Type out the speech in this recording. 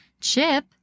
Chip